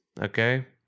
okay